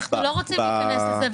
אנחנו לא רוצים להיכנס לזה,